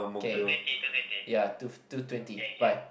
okay ya two two twenty bye